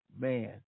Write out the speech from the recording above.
man